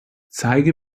zeige